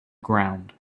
ground